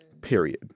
Period